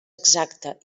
exacta